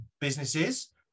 businesses